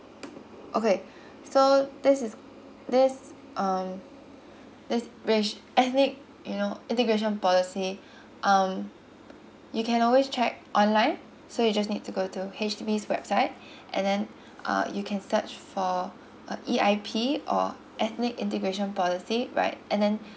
okay so this is this um this ra~ ethnic you know integration policy um you can always check online so you just need to go to H_D_B website and then uh you can search for a E_I_P or ethnic integration policy right and then